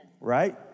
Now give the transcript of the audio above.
Right